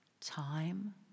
time